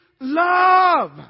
love